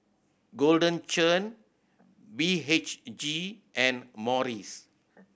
Golden Churn B H G and Morries